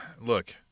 look